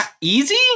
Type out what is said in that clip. easy